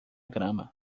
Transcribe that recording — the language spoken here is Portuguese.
grama